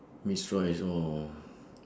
mix rice oh ya